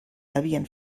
havien